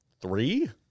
three